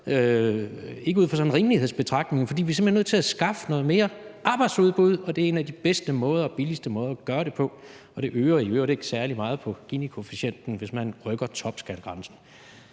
ikke ud fra sådan en rimelighedsbetragtning – fordi vi simpelt hen er nødt til at skaffe noget mere arbejdsudbud, og det er en af de bedste måder og billigste måder at gøre det på, og det øger i øvrigt ikke særlig meget på Ginikoefficienten, hvis man rykker topskattegrænsen.